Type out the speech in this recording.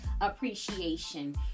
appreciation